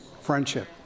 Friendship